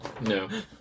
No